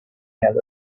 out